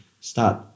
start